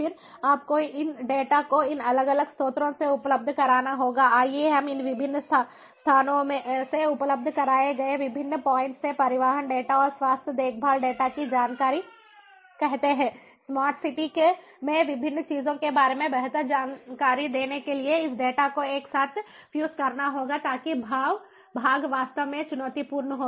फिर आपको इन डेटा को इन अलग अलग स्रोतों से उपलब्ध कराना होगा आइए हम इन विभिन्न स्थानों से उपलब्ध कराए गए विभिन्न पॉइंट से परिवहन डेटा और स्वास्थ्य देखभाल डेटा की जानकारी कहते हैं स्मार्ट सिटी में विभिन्न चीजों के बारे में बेहतर जानकारी देने के लिए इस डेटा को एक साथ फ्यूज करना होगा ताकि भाग वास्तव में चुनौतीपूर्ण हो